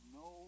no